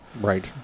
Right